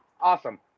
Awesome